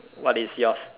what is yours